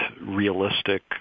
realistic